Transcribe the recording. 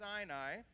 Sinai